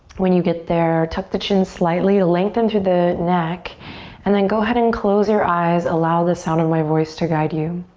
when you get there tuck the chin slightly, lengthen through the neck and then go ahead and close your eyes. allow the sound of my voice to guide you.